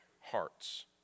hearts